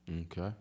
Okay